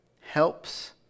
helps